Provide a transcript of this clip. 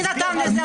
תסביר לי אתה.